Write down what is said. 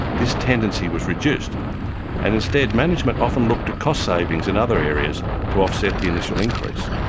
this tendency was reduced and instead management often looked at cost savings and other areas to offset the initial increase.